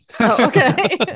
Okay